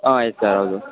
ಹಾಂ ಆಯ್ತು ಸರ್ ಹೌದು